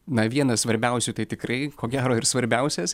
na vienas svarbiausių tai tikrai ko gero ir svarbiausias